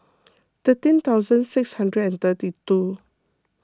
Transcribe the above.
thirteen thousand six hundred and thirty two